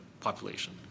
population